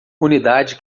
unidade